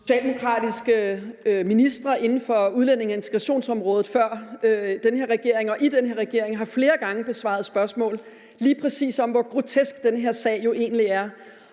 Socialdemokratiske ministre inden for udlændinge- og integrationsområdet før den her regering og i den her regering har flere gange besvaret spørgsmål om, hvor grotesk lige præcis den her sag jo egentlig er,